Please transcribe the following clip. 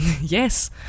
yes